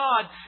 God